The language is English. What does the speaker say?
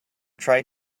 try